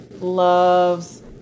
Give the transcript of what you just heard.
loves